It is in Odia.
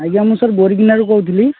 ଆଜ୍ଞା ମୁଁ ସାର୍ ବୋରିଗମାରୁ କହୁଥିଲି